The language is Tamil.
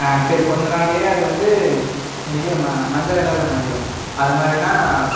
சரி கொஞ்ச நாள்லேயே அது வந்து இது மஞ்சள் கலரில் மாறிவிடும் அது மாறின்னால்